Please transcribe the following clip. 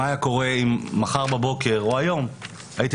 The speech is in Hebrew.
חשבתי מה היה קורה אם מחר בבוקר או היום הייתי